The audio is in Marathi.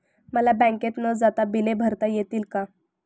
मला बँकेत न जाता बिले भरता येतील का?